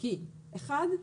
כי אחד,